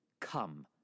Come